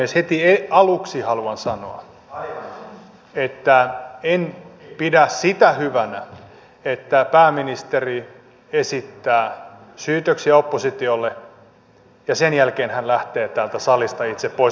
heti aluksi haluan sanoa että en pidä sitä hyvänä että pääministeri esittää syytöksiä oppositiolle ja sen jälkeen hän lähtee täältä salista itse pois